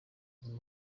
buzira